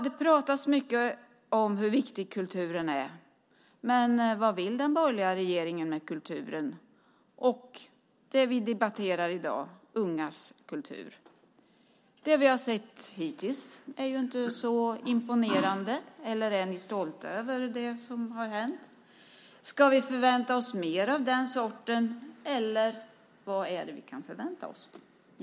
Det pratas mycket om hur viktig kulturen är. Men vad vill den borgerliga regeringen med kulturen och det vi debatterar i dag, ungas kultur? Det vi har sett hittills är inte så imponerande. Eller är ni stolta över det som har hänt? Ska vi förvänta oss mer av den sorten? Eller vad är det vi kan förvänta oss?